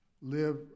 Live